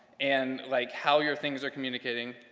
and like how your things are communicating.